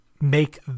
make